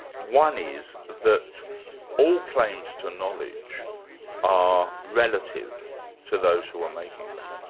one is that all claims to knowledge are relative to those who are making them.